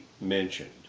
mentioned